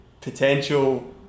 potential